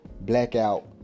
Blackout